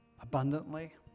abundantly